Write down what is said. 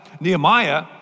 Nehemiah